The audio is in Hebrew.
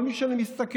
כל מי שאני מסתכל,